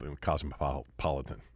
Cosmopolitan